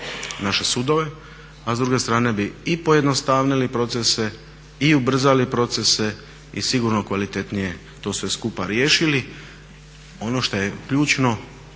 naše sudove, a s druge strane bi i pojednostavili procese i ubrzali procese i sigurno kvalitetnije to sve skupa riješili. Ono što je ključno